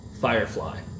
Firefly